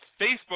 Facebook